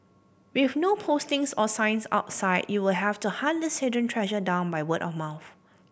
with no postings or signs outside you will have to hunt this hidden treasure down by word of mouth